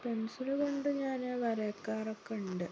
പെൻസിലുകൊണ്ട് ഞാന് വരയ്ക്കാറൊക്കെയുണ്ട്